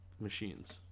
machines